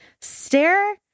stare